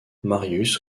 marius